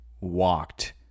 walked